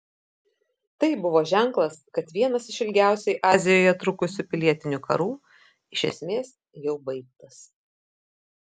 tai buvo ženklas kad vienas iš ilgiausiai azijoje trukusių pilietinių karų iš esmės jau baigtas